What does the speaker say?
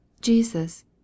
Jesus